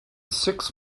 six